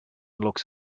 looks